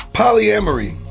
polyamory